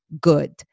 good